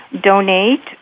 donate